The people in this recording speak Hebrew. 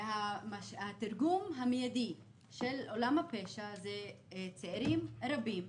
והתרגום המידי של עולם הפשע זה צעירים רבים,